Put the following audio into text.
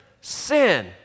sin